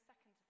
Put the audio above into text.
second